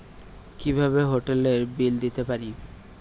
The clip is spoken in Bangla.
কিভাবে হোটেলের বিল দিতে পারি?